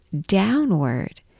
downward